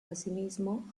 asimismo